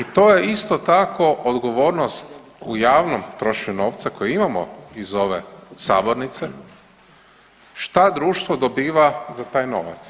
I to je isto tako odgovornost u javnom trošenju novca koje imamo iz ove sabornice šta društvo dobiva za taj novac.